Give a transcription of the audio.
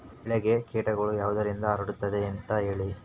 ಬೆಳೆಗೆ ಕೇಟಗಳು ಯಾವುದರಿಂದ ಹರಡುತ್ತದೆ ಅಂತಾ ಹೇಳಿ?